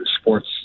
sports